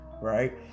right